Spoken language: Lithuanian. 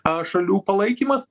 a šalių palaikymas